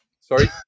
Sorry